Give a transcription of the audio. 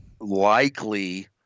likely